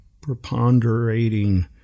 preponderating